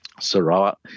Sarawak